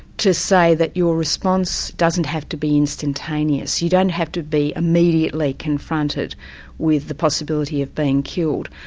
to say that your response doesn't have to be instantaneous. you don't have to be immediately confronted with the possibility of being killed.